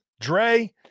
dre